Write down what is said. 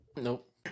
Nope